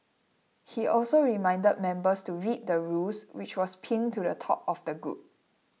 he also reminded members to read the rules which was pinned to the top of the group